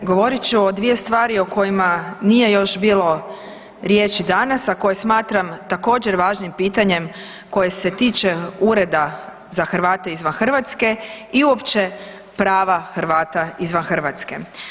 Govorit ću o dvije stvari o kojima nije još bilo riječi danas, a koje smatram također važnim pitanjem koje se tiče Ureda za Hrvate izvan Hrvatske i uopće prava Hrvata izvan Hrvatske.